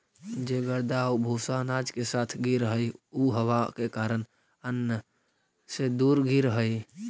जे गर्दा आउ भूसा अनाज के साथ गिरऽ हइ उ हवा के कारण अन्न से दूर गिरऽ हइ